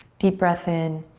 deep breath in,